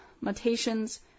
mutations